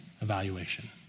evaluation